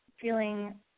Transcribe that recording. feeling